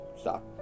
stop